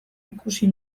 ikusi